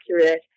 accurate